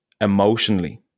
emotionally